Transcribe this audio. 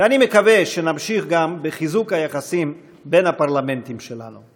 ואני מקווה שנמשיך גם בחיזוק היחסים בין הפרלמנטים שלנו.